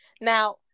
Now